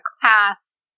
class